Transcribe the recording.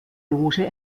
loge